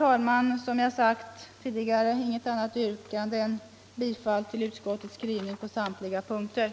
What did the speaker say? Jag har som jag tidigare sagt inget annat yrkande än om bifall på samtliga punkter till vad utskottet hemställt.